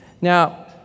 Now